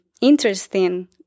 interesting